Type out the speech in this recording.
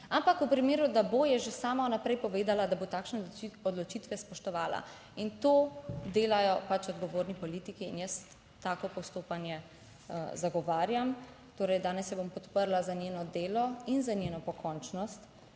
ampak v primeru, da bo, je že sama vnaprej povedala, da bo takšne odločitve spoštovala, in to delajo pač odgovorni politiki in jaz tako postopanje zagovarjam. Torej danes jo bom podprla za njeno delo in za njeno pokončnost.